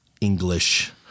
English